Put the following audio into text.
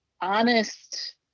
honest